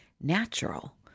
natural